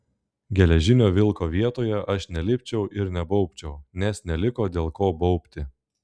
geležinio vilko vietoje aš nelipčiau ir nebaubčiau nes neliko dėl ko baubti